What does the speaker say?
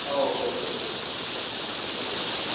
औ दे दे दे दे दे दे